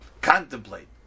contemplate